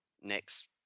next